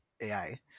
AI